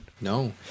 No